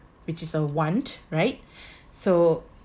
which is a want right so